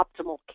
optimal